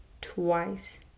twice